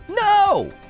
No